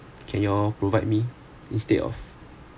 can you all provide me instead of